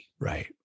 Right